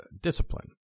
discipline